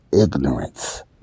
ignorance